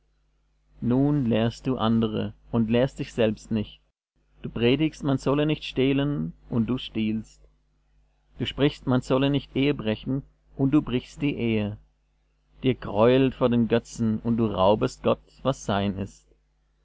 nun lehrst du andere und lehrst dich selber nicht du predigst man solle nicht stehlen und du stiehlst du sprichst man solle nicht ehebrechen und du brichst die ehe dir greuelt vor den götzen und du raubest gott was sein ist